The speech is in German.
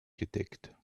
gedeckt